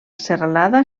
serralada